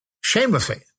shamelessly